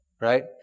Right